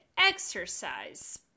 exercise